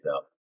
up